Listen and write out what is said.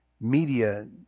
media